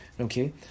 okay